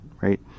right